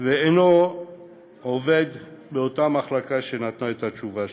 ואינו עובד באותה מחלקה שנתנה את התשובה השלילית.